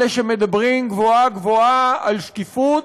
אלה שמדברים גבוהה-גבוהה על שקיפות,